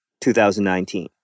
2019